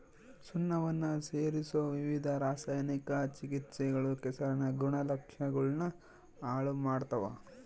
ಸುಣ್ಣವನ್ನ ಸೇರಿಸೊ ವಿವಿಧ ರಾಸಾಯನಿಕ ಚಿಕಿತ್ಸೆಗಳು ಕೆಸರಿನ ಗುಣಲಕ್ಷಣಗುಳ್ನ ಹಾಳು ಮಾಡ್ತವ